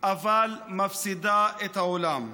אבל מפסידה את העולם.